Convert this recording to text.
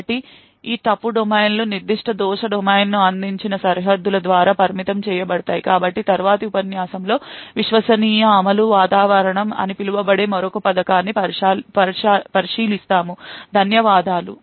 కాబట్టి ఈ ఫాల్ట్ డొమైన్లు నిర్దిష్ట ఫాల్ట్ డొమైన్ అందించిన సరిహద్దుల ద్వారా పరిమితం చేయబడతాయి కాబట్టి తరువాతి ఉపన్యాసంములో విశ్వసనీయ అమలు వాతావరణం అని పిలువబడే మరొక పథకాన్ని పరిశీలిస్తాము ధన్యవాదాలు